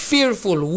Fearful